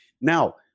Now